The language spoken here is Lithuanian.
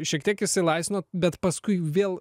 šiek tiek išsilaisvinot bet paskui vėl